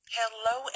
Hello